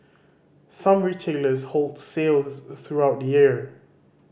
some retailers hold sales throughout the year